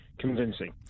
convincing